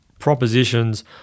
propositions